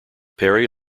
perry